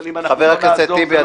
אבל אם אנחנו לא נעזור, זה לא יקרה.